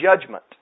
judgment